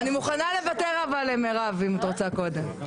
בבקשה.